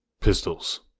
Pistols